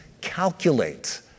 calculate